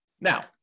Now